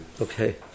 Okay